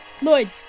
Lloyd